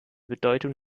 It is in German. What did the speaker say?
bedeutung